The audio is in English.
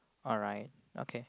alright okay